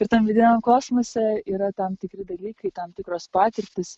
ir tam vidiniam kosmose yra tam tikri dalykai tam tikros patirtys